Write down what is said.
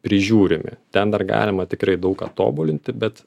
prižiūrimi ten dar galima tikrai daug ką tobulinti bet